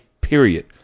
period